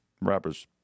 rappers